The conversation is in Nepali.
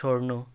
छोड्नु